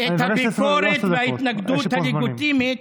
הביקורת וההתנגדות הלגיטימית,